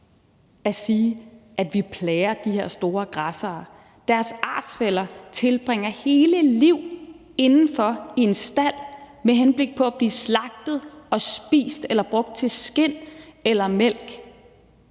at sige, at vi plager de her store græssere. Deres artsfæller tilbringer hele liv indenfor i en stald med henblik på at blive slagtet og spist eller brugt til skind eller